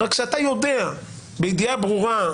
רק שאתה יודע בידיעה ברורה,